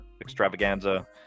extravaganza